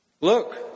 Look